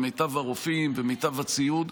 עם מיטב הרופאים ומיטב הציוד.